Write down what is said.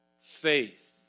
faith